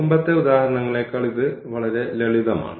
മുമ്പത്തെ ഉദാഹരണങ്ങളേക്കാൾ ഇത് വളരെ ലളിതമാണ്